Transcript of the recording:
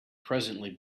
presently